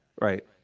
right